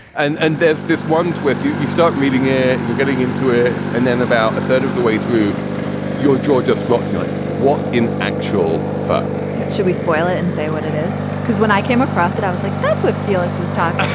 and and there's this one twist. you you start reading it and you're getting into ah it. and then about a third of the way through your jaw just drops. like what in actual fuck yeah should we spoil it and say what it is? because when i came across it, i was like, that's what felix was taught.